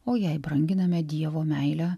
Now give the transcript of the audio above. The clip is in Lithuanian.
o jei branginame dievo meilę